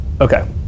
Okay